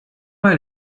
mal